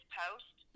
post